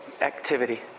activity